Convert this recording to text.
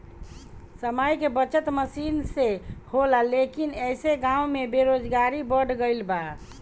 समय के बचत मसीन से होला लेकिन ऐसे गाँव में बेरोजगारी बढ़ गइल बा